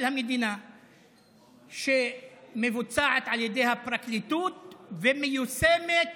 המדינה שמבוצעת על ידי הפרקליטות ומיושמת